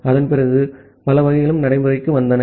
அதன்பிறகு பல வகைகளும் நடைமுறைக்கு வந்தன